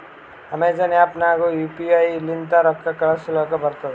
Amazon app ನಾಗ್ನು U P I ಲಿಂತ ರೊಕ್ಕಾ ಕಳೂಸಲಕ್ ಬರ್ತುದ್